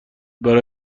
برای